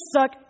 suck